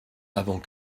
avant